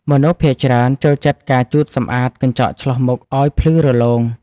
មនុស្សភាគច្រើនចូលចិត្តការជូតសម្អាតកញ្ចក់ឆ្លុះមុខឱ្យភ្លឺរលោង។